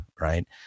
right